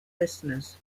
listeners